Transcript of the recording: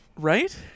right